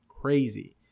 crazy